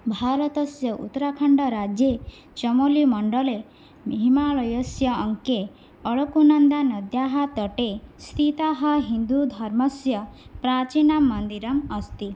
भारतस्य उत्तराखण्डराज्ये शमोलिमण्डले हिमालयस्य अङ्के अरकुनन्दानद्याः तटे स्थितः हिन्दूधर्मस्य प्राचीनमन्दिरम् अस्ति